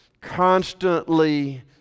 constantly